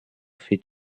fait